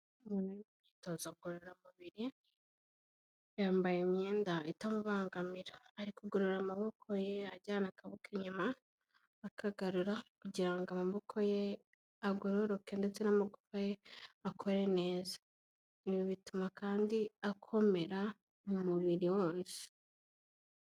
Umuntu uri mu imyitozo ngororamubiri, yambaye imyenda itamubangamira, ari kugorora amaboko ye ajyana akaboko inyuma akagarura kugira ngo amaboko ye agororoke, ndetse n'amagufawa ye akore neza. Ibi bituma kandi akomera mu mubiri wose.